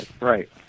Right